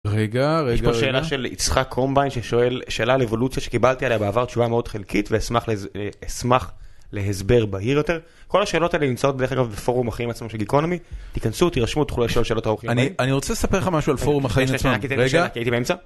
רגע רגע יש פה שאלה של יצחק קרומביין ששואל שאלה על אבולוציה שקיבלתי עליה בעבר תשובה מאוד חלקית ואשמח להסבר בהיר יותר. כל השאלות האלה נמצאות, דרך אגב, בפורום החיים עצמם של גיקונומי תיכנסו תירשמו, תוכלו לשאול שאלות אני אני רוצה לספר לך משהו על פורום החיים עצמם.